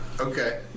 Okay